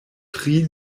tri